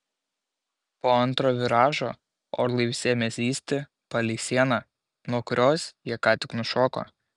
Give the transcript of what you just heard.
po antro viražo orlaivis ėmė zyzti palei sieną nuo kurios jie ką tik nušoko